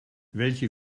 welche